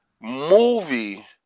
movie